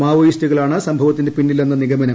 മാവോയിസ്റ്റുകളാണ് സംഭവത്തിനു പ്രിഗ്നിലെന്നാണ് നിഗമനം